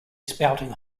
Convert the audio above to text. spouting